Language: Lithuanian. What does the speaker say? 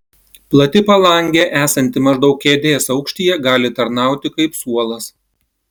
plati palangė esanti maždaug kėdės aukštyje gali tarnauti kaip suolas